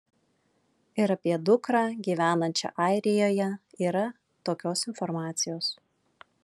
ir apie dukrą gyvenančią airijoje yra tokios informacijos